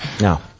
No